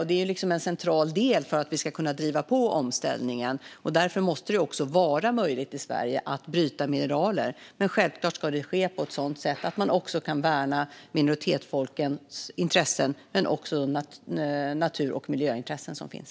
Det är en central del för att vi ska kunna driva på omställningen, och därför måste det vara möjligt att bryta mineraler i Sverige. Men självklart ska detta ske på ett sådant sätt att man också kan värna minoritetsfolkens intressen liksom de natur och miljöintressen som finns.